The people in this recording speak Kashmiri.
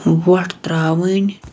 وۄٹھ ترٛاوٕنۍ